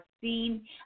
seen